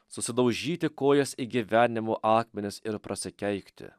susidaužyti kojas į gyvenimo akmenis ir prasikeikti